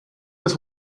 das